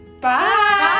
Bye